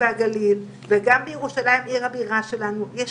והגליל וגם בירושלים עיר הבירה שלנו יש